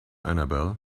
annabelle